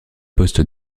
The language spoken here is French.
poste